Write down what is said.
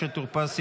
משה טור פז,